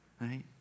Right